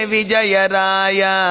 Vijayaraya